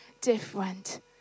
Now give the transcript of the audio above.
different